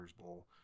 bowl